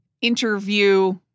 interview